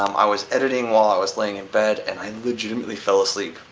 um i was editing while i was laying in bed and i legitimately fell asleep.